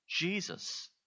Jesus